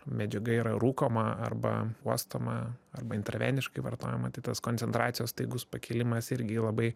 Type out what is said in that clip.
medžiaga yra rūkoma arba uostoma arba intravertiškai vartojama tai tas koncentracijos staigus pakilimas irgi jį labai